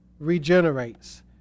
regenerates